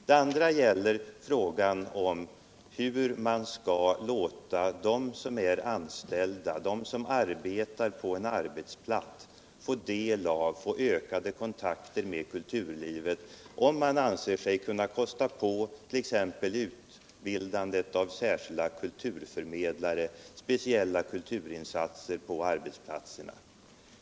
Den andra frågan gäller hur man skall låta de anställda på en arbetsplats få ökad kontakt med kulturlivet, dvs. om man anser sig kunna kosta på utbildningen av särskilda kulturförmedlare och göra speciella kulturinsatser på arbetsplatserna.